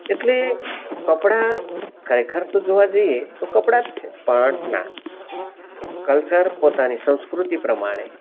એટલે કપડા ખરેખર તો જોવા જઈએ તો કપડાં જ છે પણ ના કલ્ચર પોતાની સંસ્કૃતિ પ્રમાણે